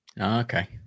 Okay